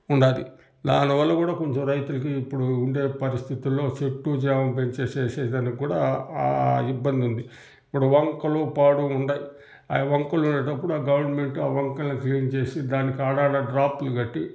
ఉన్నది దాని వల్ల కూడా కొంచెం రైతులికి ఇప్పుడు ఉండే పరిస్థితుల్లో చెట్టు చేమా పెంచే చేసేదానికి కూడా ఆ ఇబ్బంది ఉంది ఇప్పుడు వంకలు పాడు ఉన్నాయి ఆ వంకలుండేటప్పుడు ఆ గవర్నమెంటు ఆ వంకలను క్లీన్ చేసి దానికి ఆడాడ డ్రాప్లు కట్టి